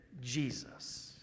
Jesus